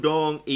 Dong